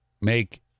make